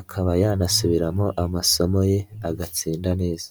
akaba yanasubiramo amasomo ye agatsinda neza.